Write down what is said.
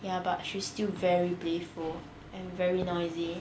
ya but she's still very playful and very noisy